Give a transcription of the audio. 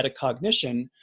metacognition